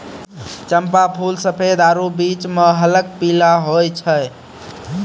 चंपा फूल सफेद आरु बीच मह हल्क पीला होय छै